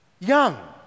Young